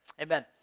Amen